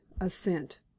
assent